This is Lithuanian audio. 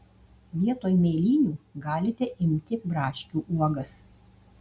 vietoj mėlynių galite imti braškių uogas